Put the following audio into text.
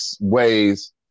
ways